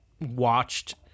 watched